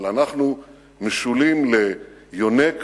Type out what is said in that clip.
אבל אנחנו משולים ליונק